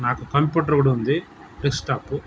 నాకు కంప్యూటర్ కూడా ఉంది డెస్క్టాపు